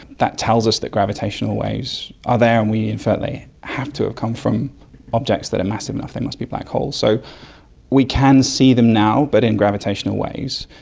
that tells us that gravitational waves are there, and we infer they have to have come from objects that are massive enough they must be black holes. so we can see them now but in gravitational waves.